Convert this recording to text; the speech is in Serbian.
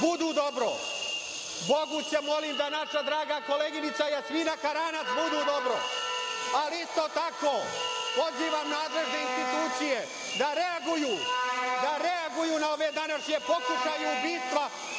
budu dobro. Bogu se molim da naša draga koleginica Jasmina Karanac bude dobro. Isto tako pozivam nadležne institucije da reaguju na ove današnje pokušaje ubistva